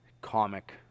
comic